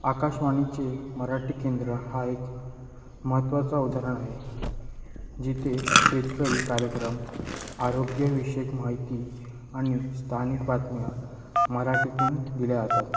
आकाशवाणीचे मराठी केंद्र हा एक महत्त्वाचा उदाहरण आहे जिथे शेतकरी कार्यक्रम आरोग्यविषयक माहिती आणि स्थानिक बातम्या मराठीतून दिल्या जातात